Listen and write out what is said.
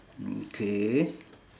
okay